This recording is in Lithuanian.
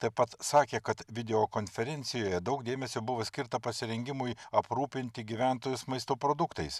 taip pat sakė kad video konferencijoje daug dėmesio buvo skirta pasirengimui aprūpinti gyventojus maisto produktais